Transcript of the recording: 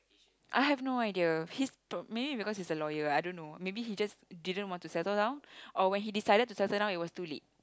I have no idea he's p~ maybe because he's a lawyer I don't know maybe he just didn't want to settle down or when he decided to settle down it was too late